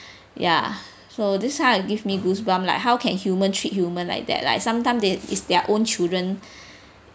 ya so this kind will give me goosebumps like how can humans treat human like that like sometimes it is their own children